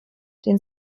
den